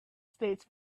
stage